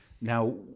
Now